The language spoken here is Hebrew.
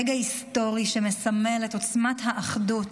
רגע היסטורי שמסמל את עוצמת האחדות,